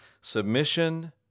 submission